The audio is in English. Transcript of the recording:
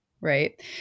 Right